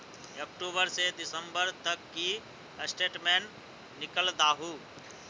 अक्टूबर से दिसंबर तक की स्टेटमेंट निकल दाहू?